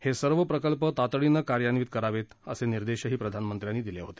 हे सर्व प्रकल्प तातडीनं कार्यान्वित करावेत असे निर्देशही प्रधानमंत्र्यांनी दिले होते